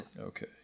Okay